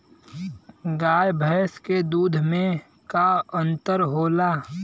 गाय भैंस के दूध में का अन्तर होला?